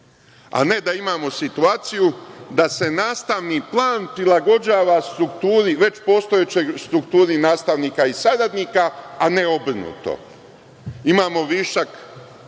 a ne da imamo situaciju da se nastavni plan prilagođava već postojećoj strukturi nastavnika i saradnika, a ne obrnuto. Imamo višak